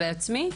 "בעצמי".